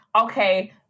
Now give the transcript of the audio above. okay